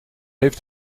heeft